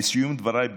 לסיום דבריי,